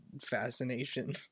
fascination